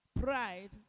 pride